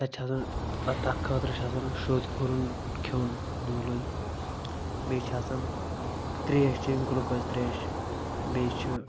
تتہِ چھِ آسان تتھ تتھ خٲطرٕ چھِ آسان شوٚد گُرُن کھیوٚن نیوٗلٕے بیٚیہِ چھ آسان تریش چیٚنۍ گُلہٕ کوز تریش بیٚیہِ چھِ